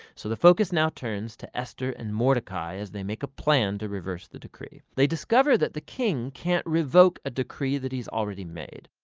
so the focus now turns to esther and mordecai as they make a plan to reverse the decree. they discover that the king can't revoke a decree that he's already made.